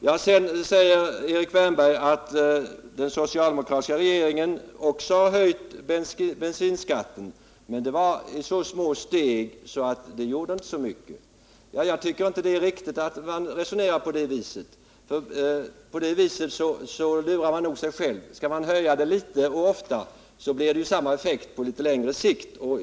Erik Wärnberg säger att den socialdemokratiska regeringen också har höjt bensinskatten men att det var i så små steg att det inte gjorde så mycket. Jag tyckerinte att det är riktigt att resonera på det sättet, för då lurar man nog sig själv. Skall man höja skatten litet och ofta blir det ju samma effekt på litet längre sikt.